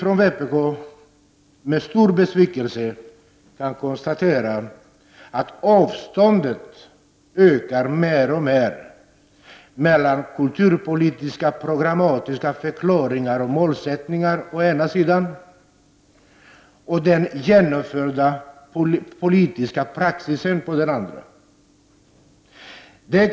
Från vpk har vi med stor besvikelse konstaterat att avståndet ökar mer och mer mellan kulturpolitiska programmatiska förklaringar och målsättningar å ena sidan och den genomförda politiska praxisen å andra sidan.